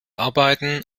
arbeiten